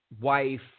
wife